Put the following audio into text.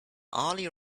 ali